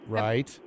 right